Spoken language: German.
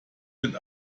wird